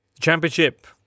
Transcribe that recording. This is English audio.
Championship